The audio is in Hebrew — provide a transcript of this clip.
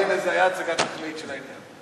הנה, זה היה הצגת תכלית של העניין.